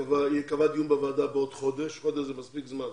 דיון בוועדה בעוד חודש, חודש זה מספיק זמן,